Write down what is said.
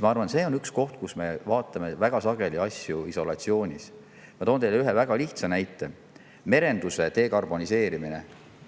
Ma arvan, et see on üks koht, kus me vaatame väga sageli asju isolatsioonis. Ma toon teile ühe väga lihtsa näite. Merenduse dekarboniseerimine